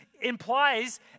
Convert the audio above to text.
implies